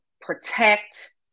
protect